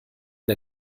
der